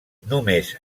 només